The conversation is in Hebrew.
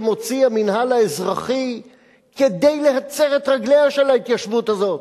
שהמינהל האזרחי מוציא כדי להצר את רגליה של ההתיישבות הזאת,